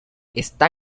está